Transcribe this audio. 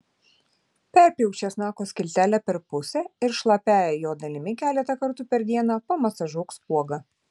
perpjauk česnako skiltelę per pusę ir šlapiąja jo dalimi keletą kartų per dieną pamasažuok spuogą